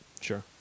Sure